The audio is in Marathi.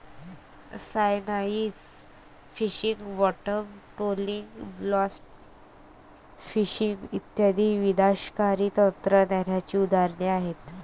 cyanide fishing, bottom trolling, blast fishing इत्यादी विनाशकारी तंत्रज्ञानाची उदाहरणे आहेत